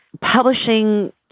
publishing